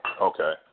Okay